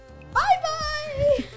Bye-bye